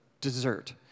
dessert